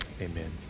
Amen